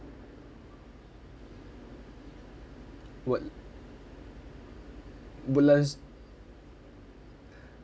wood~ woodlands